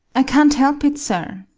i can't help it, sir.